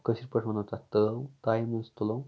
کٲشر پٲٹھۍ وَنو تَتھ تٲو تایہِ منٛز تُلو